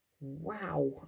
wow